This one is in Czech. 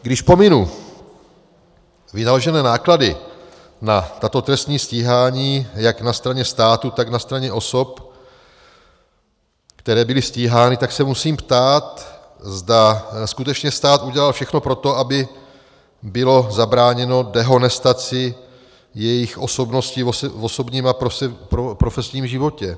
Když pominu vynaložené náklady na tato trestní stíhání jak na straně státu, tak na straně osob, které byly stíhány, tak se musím ptát, zda skutečně stát udělal všechno pro to, aby bylo zabráněno dehonestaci jejich osobností v osobním a profesním životě.